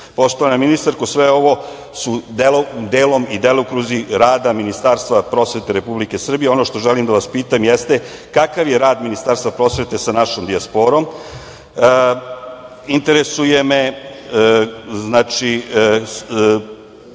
svetu. Poštovana ministarko, sve ovo su delokruzi rada Ministarstva prosvete Republike Srbije i ono što želim da vas pitam, kakav je rad Ministarstva prosvete sa našom dijasporom. Interesuje me,